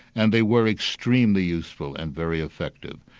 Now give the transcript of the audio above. and they were extremely useful and very effective.